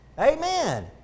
Amen